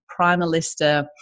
Primalista